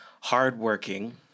Hardworking